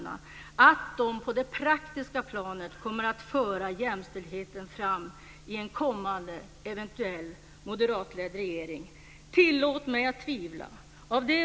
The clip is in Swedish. Tillåt mig att tvivla!